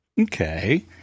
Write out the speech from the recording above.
Okay